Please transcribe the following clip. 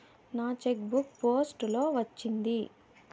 నా cheque book post లో వచ్చింది